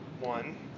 one